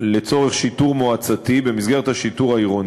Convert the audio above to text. של חבר הכנסת ינון